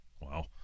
Wow